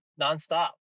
nonstop